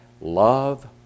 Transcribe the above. Love